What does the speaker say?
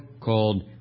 called